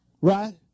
Right